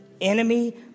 enemy